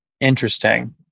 Interesting